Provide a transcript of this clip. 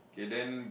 okay then